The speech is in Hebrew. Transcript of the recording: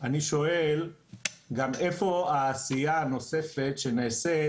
אני שואל גם איפה העשייה הנוספת שנעשית